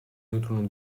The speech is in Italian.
nutrono